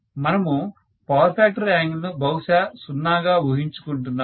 మనము power factor angle ను బహుశా 0 గా ఊహించుకుంటున్నాము